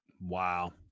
Wow